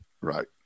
right